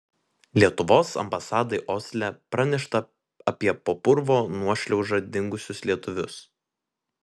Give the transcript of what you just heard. lietuvos ambasadai osle pranešta apie po purvo nuošliauža dingusius lietuvius